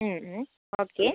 okay